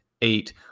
eight